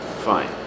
Fine